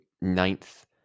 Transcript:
ninth